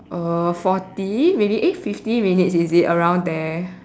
uh forty maybe eh fifty minutes is it around there